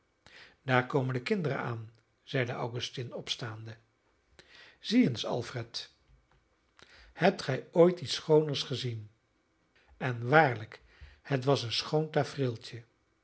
daar komen de kinderen aan zeide augustine opstaande zie eens alfred hebt gij ooit iets schooners gezien en waarlijk het was een schoon tafereeltje